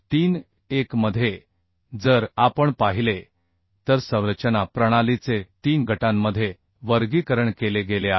31 मध्ये जर आपण पाहिले तर संरचना प्रणालीचे तीन गटांमध्ये वर्गीकरण केले गेले आहे